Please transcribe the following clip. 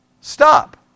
Stop